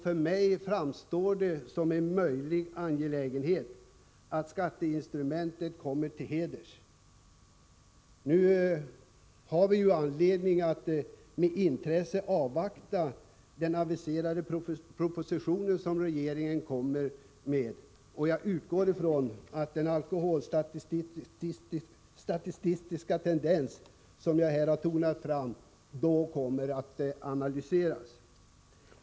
För mig framstår det som möjligt och angeläget att skatteinstrumentet kommer till heders. Nu har vi anledning att med intresse avvakta den aviserade proposition som regeringen kommer med. Jag utgår från att den alkoholstatistiska tendens som jag här har berört då kommer att analyseras.